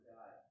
God